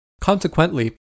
Consequently